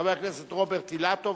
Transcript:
חבר הכנסת רוברט אילטוב,